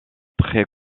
très